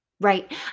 right